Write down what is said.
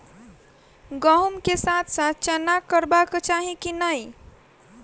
गहुम केँ साथ साथ चना करबाक चाहि की नै?